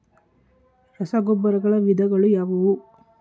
ರಸಗೊಬ್ಬರಗಳ ವಿಧಗಳು ಯಾವುವು?